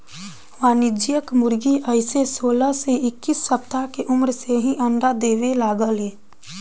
वाणिज्यिक मुर्गी अइसे सोलह से इक्कीस सप्ताह के उम्र से ही अंडा देवे लागे ले